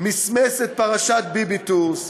מסמס את פרשת "ביביטורס",